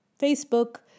Facebook